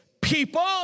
people